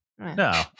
No